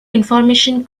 information